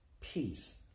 peace